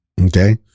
Okay